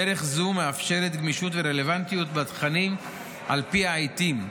דרך זו מאפשרת גמישות ורלוונטיות בתכנים על פי העיתים,